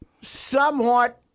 somewhat